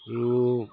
আৰু